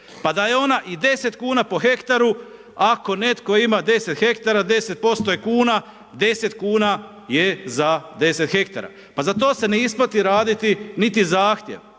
pa da je ona i 10 kuna po hektaru, ako netko ima 10 hektara, 10% je kuna, 10 kuna je za 10 hektara. Pa za to se ne isplati raditi niti Zahtjev,